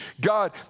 God